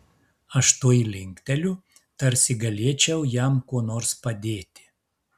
aš tuoj linkteliu tarsi galėčiau jam kuo nors padėti